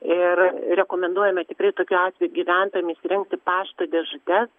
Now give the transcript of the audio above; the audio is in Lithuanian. ir rekomenduojame tikrai tokiu atveju gyventojam įsirengti pašto dėžutes